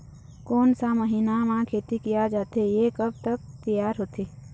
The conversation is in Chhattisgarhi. कोन सा महीना मा खेती किया जाथे ये कब तक तियार होथे?